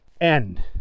End